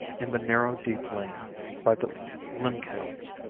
in the narrow deep lane by the limekilns.